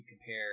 compare